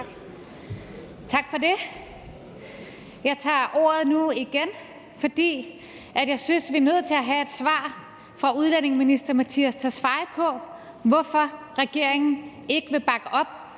Tak for det. Jeg tager ordet nu igen, fordi jeg synes, vi er nødt til at have et svar fra udlændingeministeren på, hvorfor regeringen ikke vil bakke op